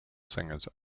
singers